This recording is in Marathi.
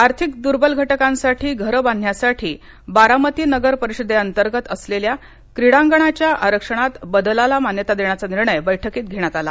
आर्थिक दूर्वल घटकांसाठी घरं बांधण्यासाठी बारामती नगर परिषदेंतर्गत असलेल्या क्रीडांगणाच्या आरक्षणात बदलाला मान्यता देण्याचा निर्णय बैठकीत घेण्यात आला